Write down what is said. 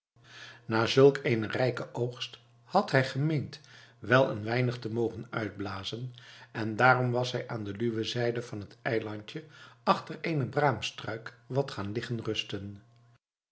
na zulk eenen rijken oogst had hij gemeend wel een weinig te mogen uitblazen en daarom was hij aan de luwe zijde van het eilandje achter eenen braamstruik wat gaan liggen rusten